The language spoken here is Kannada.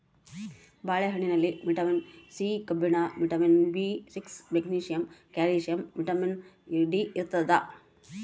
ಬಾಳೆ ಹಣ್ಣಿನಲ್ಲಿ ವಿಟಮಿನ್ ಸಿ ಕಬ್ಬಿಣ vitamin B six magnesium calcium vitamin D ಇರ್ತಾದ